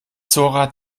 zora